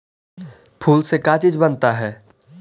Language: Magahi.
फूल से का चीज बनता है?